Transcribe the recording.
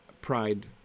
pride